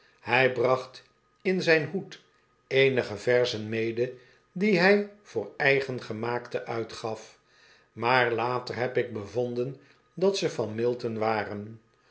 hij bracht in zijn hoed eenige verzen mede die hy voor eigengemaakte uitgaf maar later heb ik bevonden dat ze van milton waren